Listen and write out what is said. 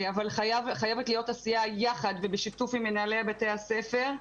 אבל חייבת להיות עשייה יחד ובשיתוף עם מנהלי בתי הספר.